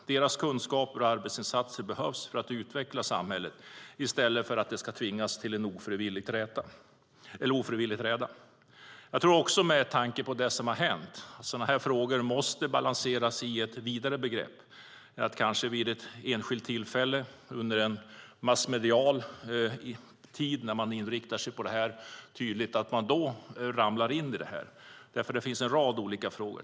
Deras kunskaper och arbetsinsatser behövs för att utveckla samhället i stället för att de ska tvingas till en ofrivillig träda. Med tanke på det som har hänt måste sådana frågor balanseras i ett vidare grepp. Kanske man vid ett enskilt tillfälle, under en massmedial tid, får ramla in i detta. Det finns en rad olika frågor.